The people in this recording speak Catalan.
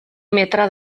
metre